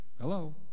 hello